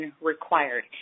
required